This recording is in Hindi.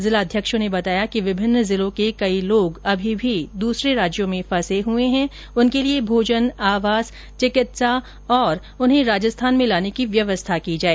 जिलाध्यक्षो ने बताया कि विभिन्न जिलों के कई लोग अभी भी दूसरे राज्यों में फंसे हुए हैं उनके लिए भोजन आवास चिकित्सा तथा उन्हें राजस्थान में लाने की व्यवस्था की जाए